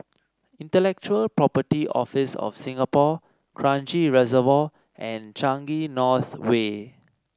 Intellectual Property Office of Singapore Kranji Reservoir and Changi North Way